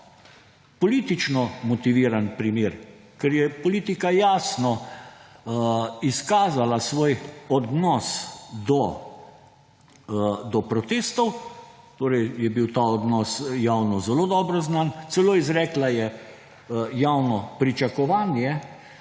Politično motiviran primer, ker je politika jasno izkazala svoj odnos do protestov, torej je bil ta odnos javno zelo dobro znan, celo izrekla je javno pričakovanje,